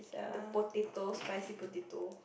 the potatoes spicy potato